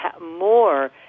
more